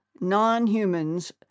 non-humans